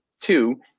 two